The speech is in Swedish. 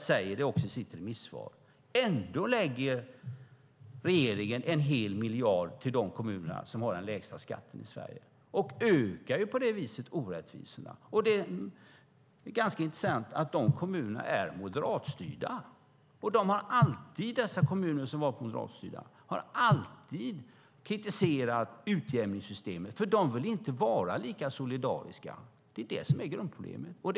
SKL säger det också i sitt remissvar. Det är ganska intressant att de kommunerna är moderatstyrda, och dessa moderatstyrda kommuner har alltid kritiserat utjämningssystemet, för de vill inte vara solidariska. Det är det som är grundproblemet.